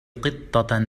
قطة